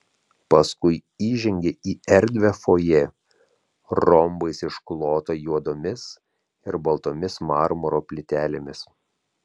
paskui įžengė į erdvią fojė rombais išklotą juodomis ir baltomis marmuro plytelėmis